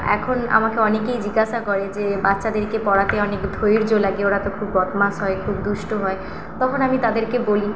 এখন আমাকে অনেকেই জিজ্ঞাসা করে যে বাচ্চাদেরকে পড়াতে অনেক ধৈর্য লাগে ওরা তো খুব বদমাশ হয় খুব দুষ্টু হয় তখন আমি তাদেরকে বলি